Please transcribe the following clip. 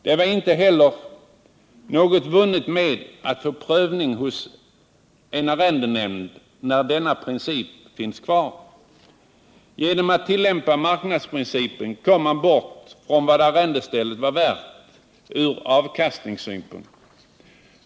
Det var inte heller något vunnet med att få prövning hos en arrendenämnd, så länge denna princip fanns kvar. Genom att tillämpa marknadsprincipen kommer man bort från vad arrendestället var värt från avkastningssynpunkt.